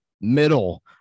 middle